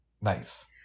Nice